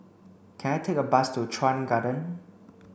can I take a bus to Chuan Garden